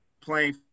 playing